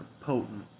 potent